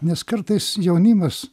nes kartais jaunimas